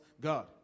God